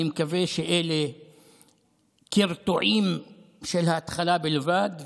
אני מקווה שאלה קרטועים של ההתחלה בלבד,